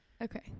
Okay